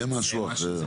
זה משהו אחר.